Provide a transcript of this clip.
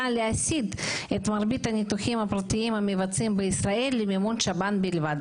להסיט את מרבית הניתוחים הפרטיים המבוצעים בישראל למימון שב"ן בלבד.